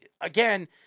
again